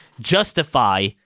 justify